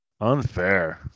Unfair